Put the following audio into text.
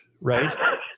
right